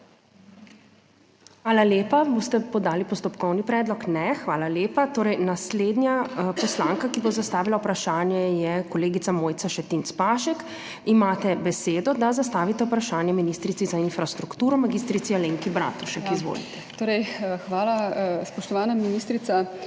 Hvala lepa. Boste podali postopkovni predlog? Ne. Hvala lepa. Naslednja poslanka, ki bo zastavila vprašanje, je kolegica Mojca Šetinc Pašek. Imate besedo, da zastavite vprašanje ministrici za infrastrukturo mag. Alenki Bratušek. Izvolite. MOJCA ŠETINC PAŠEK